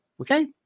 Okay